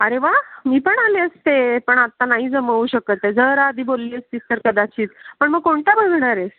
अरे वा मी पण आले असते पण आत्ता नाही जमू शकतं आहे जरा आधी बोलली असतीस तर कदाचित पण मग कोणत्या बघणार आहेस